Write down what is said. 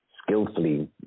skillfully